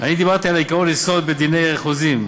אני דיברתי על עקרון יסוד בדיני חוזים,